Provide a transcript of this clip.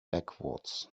backwards